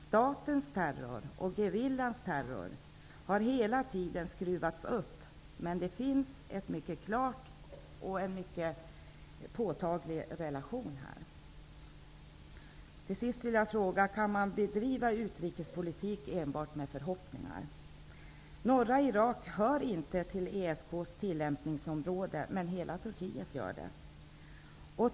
Statens terror och gerillans terror har hela tiden skruvats upp, men det finns en mycket klar och påtaglig relation. Till sist vill jag fråga: Kan man bedriva utrikespolitik enbart med förhoppningar? Norra Irak hör inte till ESK:s tillämpningsområde, men hela Turkiet gör det.